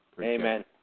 Amen